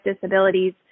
disabilities